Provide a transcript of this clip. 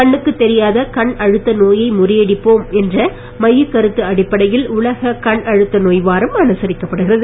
கண்ணுக்குத் தெரியாத கண்அழுத்த நோயை முறியடிப்போம் என்ற மையக் கருத்து அடிப்படையில் உலக்க் கண்அழுத்த நோய் வாரம் அனுசரிக்கப்படுகிறது